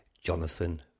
Jonathan